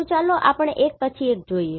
તો ચાલો આપણે એક પછી એક જોઈએ